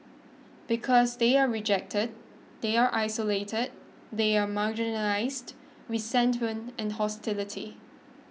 because they are rejected they are isolated they are marginalised resentment and hostility